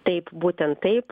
taip būtent taip